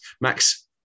Max